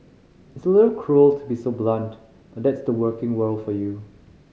it's a little cruel to be so blunt but that's the working world for you